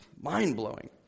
mind-blowing